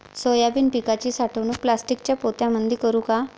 Soybean पिकाची साठवणूक प्लास्टिकच्या पोत्यामंदी करू का?